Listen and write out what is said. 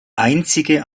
einzige